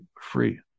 free